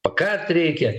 pakarti reikia